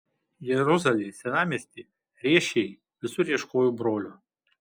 jeruzalėj senamiesty riešėj visur ieškojau brolio